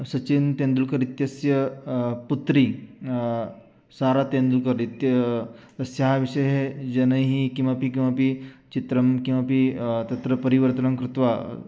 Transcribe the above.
सचिन् तेन्डुल्कर् इत्यस्य पुत्री सारा तेन्दुल्कर् इत्यस्याः विषये जनैः किमपि किमपि चित्रं किमपि तत्र परिवर्तनं कृत्वा